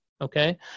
okay